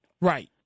Right